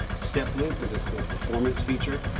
step loop is a cool performance feature,